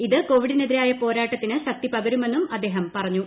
ഇത് കോവിഡിനെതിരായ പോരാട്ടത്തിന് ശക്തി പകരുമെന്നും അദ്ദേഹം പറഞ്ഞു